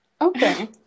Okay